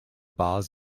bars